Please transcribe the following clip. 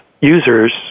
users